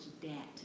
debt